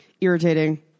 Irritating